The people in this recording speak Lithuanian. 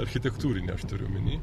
architektūrinį aš turiu omeny